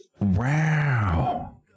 wow